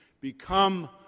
become